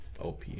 OP